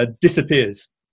disappears